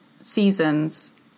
seasons